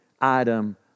item